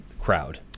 crowd